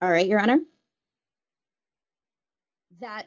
all right your honor that